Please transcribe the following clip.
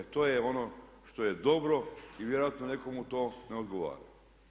E to je ono što je dobro i vjerojatno nekome to ne odgovara.